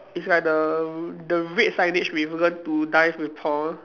is like the the red signage with learn to dive with Paul